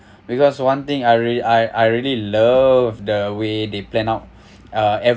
because one thing I real I I really love the way they plan out uh every